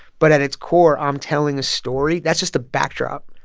but at its core, i'm telling a story. that's just a backdrop.